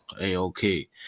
A-OK